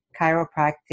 chiropractic